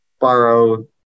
borrow